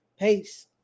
Peace